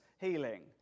healing